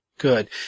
Good